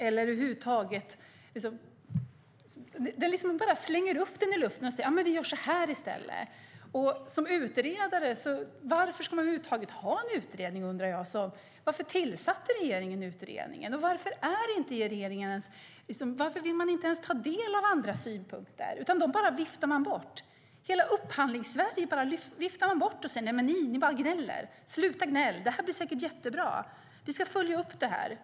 Ni slänger bara upp den i luften och säger: Vi gör så här i stället. Varför tillsatte regeringen utredningen? Varför vill man inte ens ta del av andras synpunkter utan viftar bort dem? Man viftar bort hela Upphandlingssverige och säger: Sluta gnäll! Det här blir jättebra. Vi ska följa upp detta.